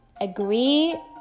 agree